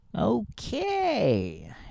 okay